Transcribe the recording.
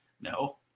No